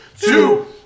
two